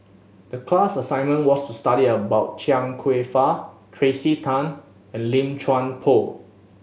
the class assignment was to study about Chia Kwek Fah Tracey Tan and Lim Chuan Poh